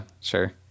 sure